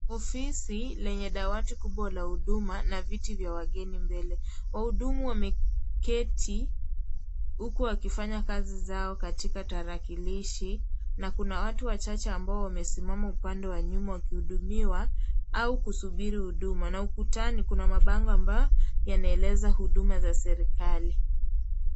Ofisi lenye dawati kubwa la huduma na viti vya wageni mbele. Wahudumu wameketi, huku wakifanya kazi zao katika tarakilishi na kuna watu wachache ambao wamesimama upande wa nyuma wakihudumiwa au kusubiri huduma na ukutani, kuna mabango ambayo yanaeleza huduma za serikali.